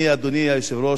אני, אדוני היושב-ראש,